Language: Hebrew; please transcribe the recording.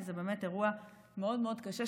כי זה באמת אירוע מאוד מאוד קשה,